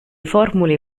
formule